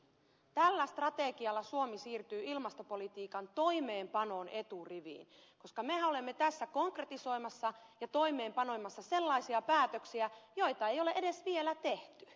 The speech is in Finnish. tällä strategialla suomi siirtyy ilmastopolitiikan toimeenpanon eturiviin koska mehän olemme tässä konkretisoimassa ja toimeenpanemassa sellaisia päätöksiä joita ei ole edes vielä tehty